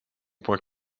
point